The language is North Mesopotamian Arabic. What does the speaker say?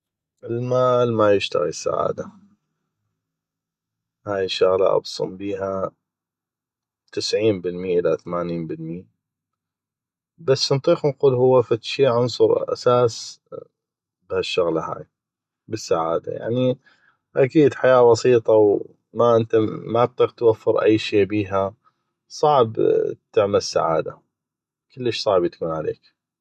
المال ما يشتغي السعاده هاي الشغله ابصم بيها 90 بالمي إلى 80 بالمي بس نطيق نقول هو فدشي عنصر اساس بهالشغله هاي بالسعاده يعني اكيد حياة بسيطه وما تطيق توفر أي شي بيها صعب تعمل سعاده كلش صعبي تكون عليك